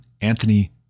Anthony